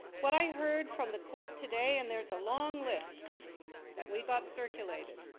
what i heard from the clerk today, and there is a long list that we got circulateed